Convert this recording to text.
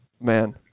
man